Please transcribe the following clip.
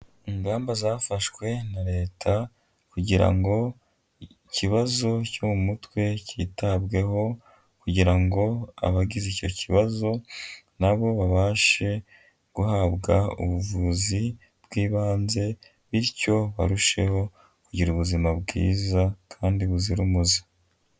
Ingamba zafashwe na Leta kugira ngo ikibazo cyo mu mutwe cyitabweho kugira ngo abagize icyo kibazo na bo babashe guhabwa ubuvuzi bw'ibanze, bityo barusheho kugira ubuzima bwiza kandi buzira umuze.